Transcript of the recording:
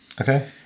Okay